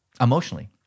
emotionally